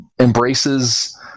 embraces